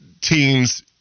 teams